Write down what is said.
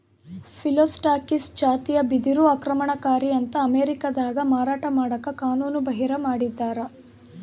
Phyllostachys ಜಾತಿಯ ಬಿದಿರು ಆಕ್ರಮಣಕಾರಿ ಅಂತ ಅಮೇರಿಕಾದಾಗ ಮಾರಾಟ ಮಾಡಕ ಕಾನೂನುಬಾಹಿರ ಮಾಡಿದ್ದಾರ